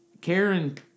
Karen